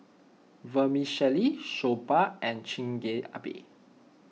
Vermicelli Soba and Chigenabe